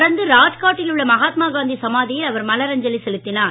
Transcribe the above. தொடர்ந்து ராஜ் காட்டில் உள்ள மகாத்மா காந்தி சமாதியில் அவர் மலரஞ்சலி செலுத்தினார்